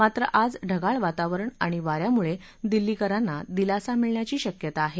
मात्र आज ढगाळ वातावरण आणि वा यामुळे दिल्लीकरांना दिलासा मिळण्याची शक्यता आहे